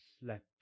slept